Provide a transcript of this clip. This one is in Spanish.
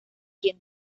quien